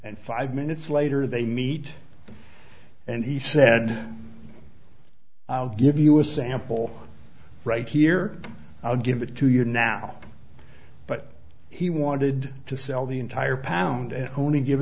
and five minutes later they meet and he said i'll give you a sample right here i'll give it to you now but he wanted to sell the entire pound and only give